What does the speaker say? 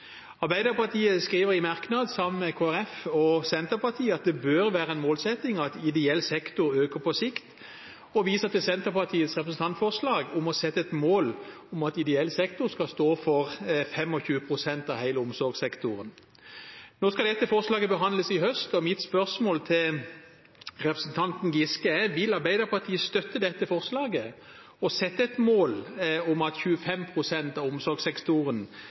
Arbeiderpartiet skriver i merknad sammen med Kristelig Folkeparti og Senterpartiet at det bør være en målsetting at ideell sektor øker på sikt og viser til Senterpartiets representantforslag om å sette et mål om at ideell sektor skal stå for 25 pst. av hele omsorgssektoren. Nå skal dette forslaget behandles i høst, og mitt spørsmål til representanten Giske er: Vil Arbeiderpartiet støtte dette forslaget og sette et mål om at 25 pst. av omsorgssektoren